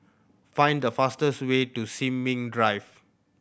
find the fastest way to Sin Ming Drive